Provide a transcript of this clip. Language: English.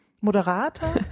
Moderator